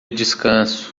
descanso